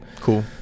Cool